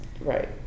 Right